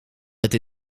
het